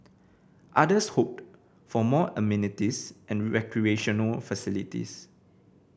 others hoped for more amenities and recreational facilities